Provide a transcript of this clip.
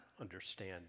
understand